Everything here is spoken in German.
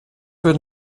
wird